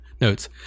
notes